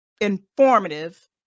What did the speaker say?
informative